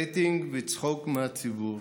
לשם רייטינג וצחוק מהציבור,